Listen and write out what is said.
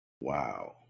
Wow